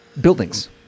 buildings